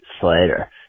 slater